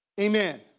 Amen